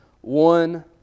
one